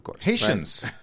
Haitians